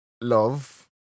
love